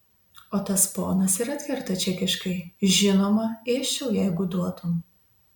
o tas ponas ir atkerta čekiškai žinoma ėsčiau jeigu duotum